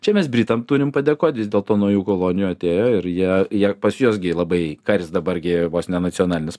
čia mes britam turim padėkot vis dėlto nuo jų kolonijų atėjo ir jie jie pas juos gi labai karis dabar gi vos ne nacionalinis